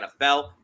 NFL